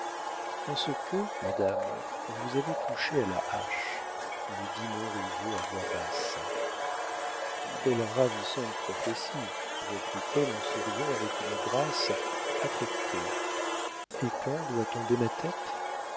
en ce que madame vous avez touché à la hache lui dit montriveau à voix basse quelle ravissante prophétie reprit-elle en souriant avec une grâce affectée et quand doit tomber ma tête